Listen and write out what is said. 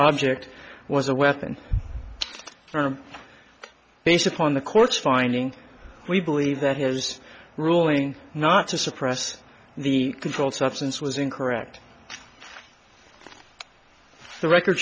object was a weapon based upon the court's finding we believe that his ruling not to suppress the controlled substance was incorrect the record